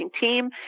team